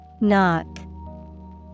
Knock